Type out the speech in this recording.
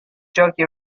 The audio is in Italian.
giochi